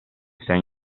sei